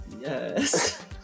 yes